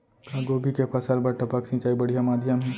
का गोभी के फसल बर टपक सिंचाई बढ़िया माधयम हे?